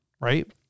right